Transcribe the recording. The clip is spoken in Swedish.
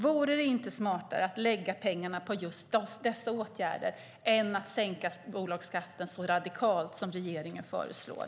Vore det inte smartare att lägga pengarna på just dessa åtgärder än att sänka bolagsskatten som radikalt som regeringen föreslår?